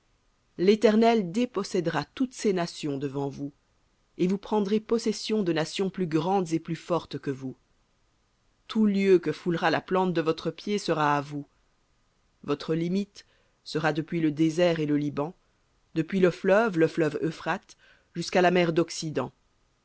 l'éternel dépossédera toutes ces nations devant vous et vous prendrez possession de nations plus grandes et plus fortes que vous tout lieu que foulera la plante de votre pied sera à vous votre limite sera depuis le désert et le liban depuis le fleuve le fleuve euphrate jusqu'à la mer d'occident